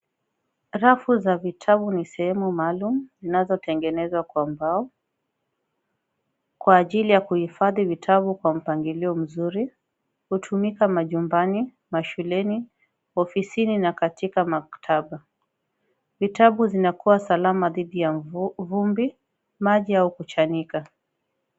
Rafu ya vitabu ni sehemu maalum zinazotengenezwa kwa mbao, kwa ajili ya kuhifadhi vitabu kwa mpangilio mzuri. Hutumika majumbani, mashuleni, ofisini na katika maktaba. Vitabu vinakuwa salama dhidi ya vumbi, maji au kuchanika.